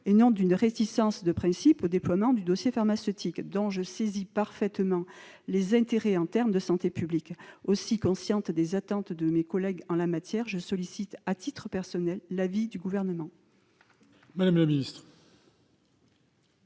et non d'une réticence de principe au déploiement du dossier pharmaceutique, dont je saisis parfaitement les intérêts en termes de santé publique. Aussi, consciente des attentes de mes collègues en la matière, je sollicite, à titre personnel, l'avis du Gouvernement. Quel est